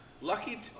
Lucky